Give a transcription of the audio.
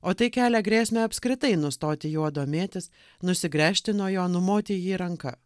o tai kelia grėsmę apskritai nustoti juo domėtis nusigręžti nuo jo numoti į jį ranka